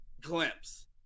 glimpse